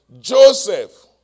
Joseph